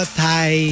Thai